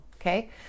okay